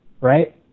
Right